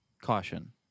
caution